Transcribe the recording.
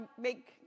make